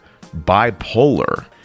bipolar